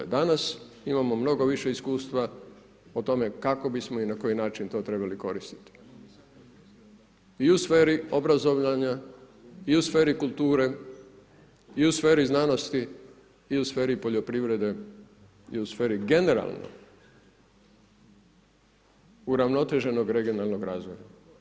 Danas imamo mnogo više iskustva o tome kako bismo i na koji način to trebali koristiti i u sferi obrazovanja, i u sferi kulture, i u sferi znanosti, i u sferi poljoprivrede i u sferi generalnoj uravnoteženog regionalnog razvoja.